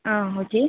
ஆ okay